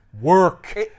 Work